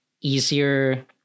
easier